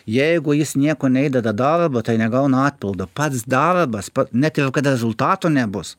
jeigu jis nieko neįdeda darbo tai negauna atpildo pats darbas ne ir kad rezultato nebus